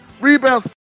rebounds